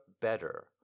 better